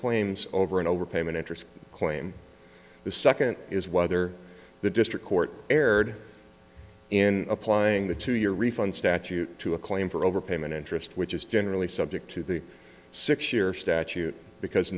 claims over and over payment interest claim the second is whether the district court erred in applying the to your refund statute to a claim for overpayment interest which is generally subject to the six year statute because